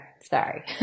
Sorry